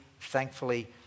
thankfully